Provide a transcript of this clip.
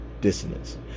dissonance